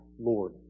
Lord